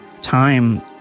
time